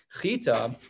chita